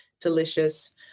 delicious